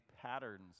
patterns